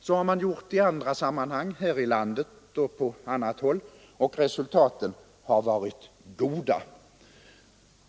Så har man gjort i andra sammanhang här i landet och på annat håll, och resultaten har varit goda.